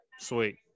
Sweet